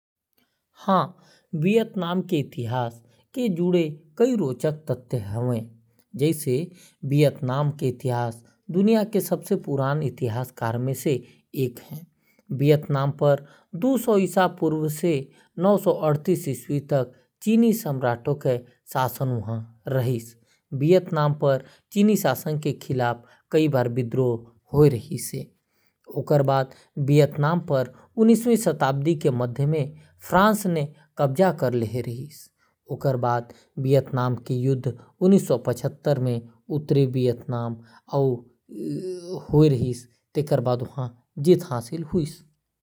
वियतनाम के इतिहास बहुत पुराना हावय। वियतनाम के इतिहास के बारे म कुछ खास बात । वियतनाम म निवास करइया पहिली लोगन के खोज पांच हजार बछर ले जादा पहिली करे गे रिहीस। दो सो सात ईसा पूर्व म चीनी मन वियतनाम म आक्रमण करके ओला 'वियत' नाम दे रिहिस। नौ सौ उँचलीस ईस्वी म एनजीओ क्वेन ह चीनी मनला वियतनाम ले निष्कासित करके देश के नाम बदलके 'दाई वियत' कर दीस। पंद्रह सौ के दशक म वियतनाम दू म विभाजित रिहिस, उत्तर म त्रिन्ह अउ दक्षिण म गुयेन। उन्नीसवीं सदी के मध्य म फ्रांसीसी मन वियतनाम म कब्जा करके ओला उपनिवेश बनाये रिहिस। दूसर विशव युद्ध के दउरान जापान ह फ्रांसीसी मन ल वियतनाम ले निष्कासित कर देहे। वियतनाम युद्ध उन्नीस सौ पचहत्तर म खतम होगे रिहीस। वियतनाम एक कम्युनिस्ट देश हावय।